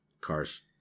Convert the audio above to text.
Cars